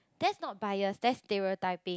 that's not bias that's stereotyping